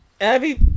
Abby